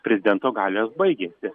prezidento galios baigėsi